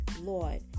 Lord